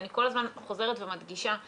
אני כל הזמן חוזרת ומדגישה כי